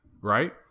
Right